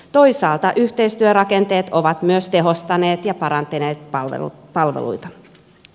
toisaalta yhteistyörakenteet ovat myös tehostaneet ja parantaneet palveluita